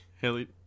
Haley